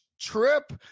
trip